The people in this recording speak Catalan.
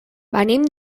venim